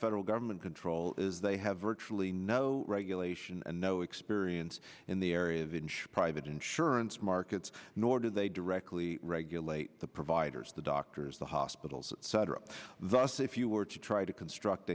federal government control is they have virtually no regulation and no experience in the area of insured private insurance markets nor do they directly regulate the providers the doctors the hospitals etc thus if you were to try to construct